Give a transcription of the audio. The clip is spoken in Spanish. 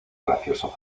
gracioso